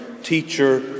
teacher